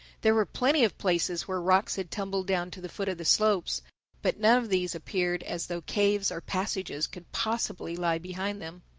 there were plenty of places where rocks had tumbled down to the foot of the slopes but none of these appeared as though caves or passages could possibly lie behind them.